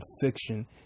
Fiction